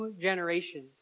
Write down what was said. generations